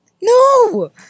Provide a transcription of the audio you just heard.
No